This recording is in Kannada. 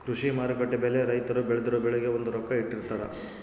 ಕೃಷಿ ಮಾರುಕಟ್ಟೆ ಬೆಲೆ ಅಂತ ರೈತರು ಬೆಳ್ದಿರೊ ಬೆಳೆಗೆ ಒಂದು ರೊಕ್ಕ ಇಟ್ಟಿರ್ತಾರ